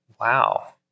Wow